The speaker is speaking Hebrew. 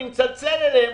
אני מצלצל אליהם,